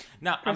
now